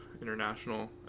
international